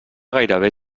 gairebé